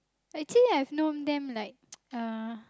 actually I've known them like uh